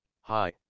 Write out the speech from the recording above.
Hi